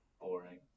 Boring